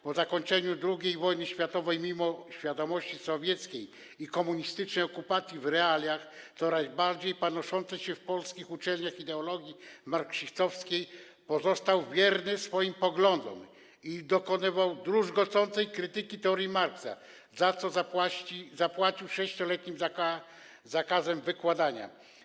Po zakończeniu II wojny światowej, mimo świadomości sowieckiej i komunistycznej okupacji i w realiach coraz bardziej panoszącej się w polskich uczelniach ideologii marksistowskiej, pozostał wierny swoim poglądom i dokonywał druzgocącej krytyki teorii Marksa, za co zapłacił 6-letnim zakazem wykładania.